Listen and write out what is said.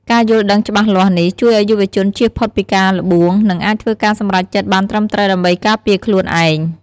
ការយល់ដឹងច្បាស់លាស់នេះ ជួយឲ្យយុវជនចៀសផុតពីការល្បួង និងអាចធ្វើការសម្រេចចិត្តបានត្រឹមត្រូវដើម្បីការពារខ្លួនឯង។